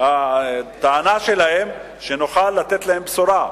הטענה שלהם, שנוכל לתת להם בשורה.